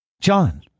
John